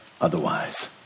otherwise